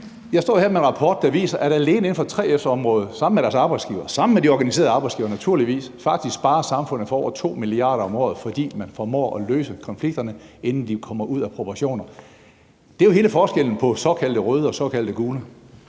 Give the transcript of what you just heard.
Jeg står her med en rapport, der viser, at alene inden for 3F's område – sammen med deres arbejdsgivere, sammen med de organiserede arbejdsgivere, naturligvis – sparer man faktisk samfundet for over 2 mia. kr. om året, fordi man formår at løse konflikterne, inden de kommer ud af proportioner. Det er jo hele forskellen på såkaldte røde og såkaldte gule